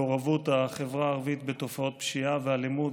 מעורבות החברה הערבית בתופעות פשיעה ואלימות